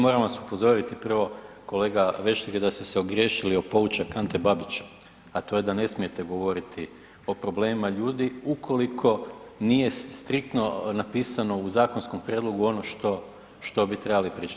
Moram vas upozoriti prvo kolega Vešligaj da ste se ogriješili o poučak Ante Babića, a to je da ne smijete govoriti o problemima ljudi ukoliko nije striktno napisano u zakonskom prijedlogu ono što bi trebali pričati.